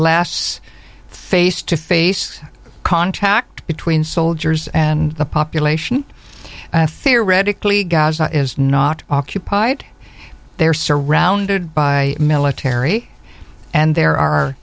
less face to face contact between soldiers and the population theoretically god is not occupied there surrounded by military and there are